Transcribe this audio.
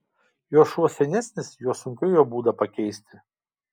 juo šuo senesnis juo sunkiau jo būdą pakeisti